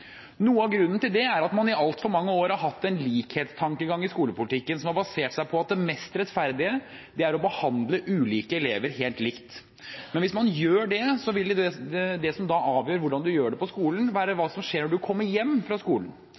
Noe av grunnen til det er at man i altfor mange år har hatt en likhetstankegang i skolepolitikken som har basert seg på at det mest rettferdige er å behandle ulike elever helt likt. Men hvis man gjør det, vil det som avgjør hvordan barn gjør det på skolen, være hva som skjer når de kommer hjem fra skolen.